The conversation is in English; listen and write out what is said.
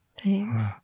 Thanks